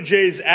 Jays